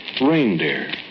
reindeer